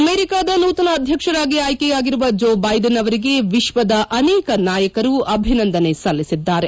ಅಮೆರಿಕದ ನೂತನ ಅಧ್ಯಕ್ಷರಾಗಿ ಆಯ್ಡೆಯಾಗಿರುವ ಜೋ ಬೈಡನ್ ಅವರಿಗೆ ವಿಶ್ವದ ಅನೇಕ ನಾಯಕರು ಅಭಿನಂದನೆ ಸಲ್ಲಿಸಿದ್ದಾರೆ